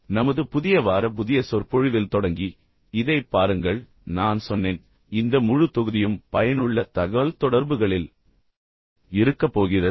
இப்போது நமது புதிய வார புதிய சொற்பொழிவில் தொடங்கி இதைப் பாருங்கள் நான் சொன்னேன் இந்த முழு தொகுதியும் பயனுள்ள தகவல்தொடர்புகளில் இருக்கப் போகிறது